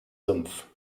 sumpf